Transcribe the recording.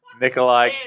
Nikolai